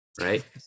Right